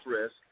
risk